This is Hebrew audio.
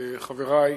היושבת-ראש.